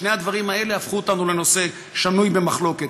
שני הדברים האלה הפכו אותנו לנושא שנוי במחלוקת.